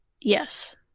Yes